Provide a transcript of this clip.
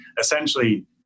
essentially